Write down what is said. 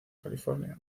california